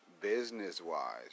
Business-wise